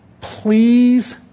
please